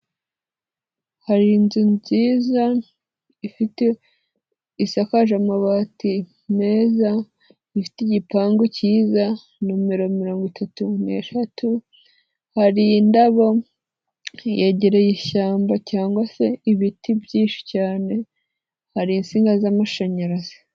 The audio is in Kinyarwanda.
Hari inzu nziza ifite, isakaje amabati meza, ifite igipangu cyiza, nomero mirongo itatu n'eshatu, hari indabo, yegereye ishyamba cyangwa se ibiti byinshi cyane, hari insinga z'amashanyarazi.